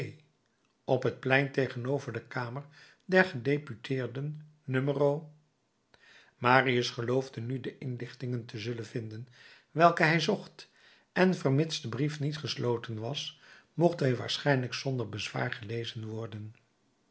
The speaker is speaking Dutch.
op het plein tegenover de kamer der gedeputeerden no marius geloofde nu de inlichtingen te zullen vinden welke hij zocht en vermits de brief niet gesloten was mocht hij waarschijnlijk zonder bezwaar gelezen worden